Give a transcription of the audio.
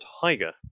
tiger